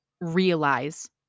realize